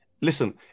Listen